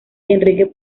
enrique